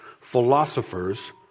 philosophers